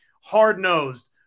hard-nosed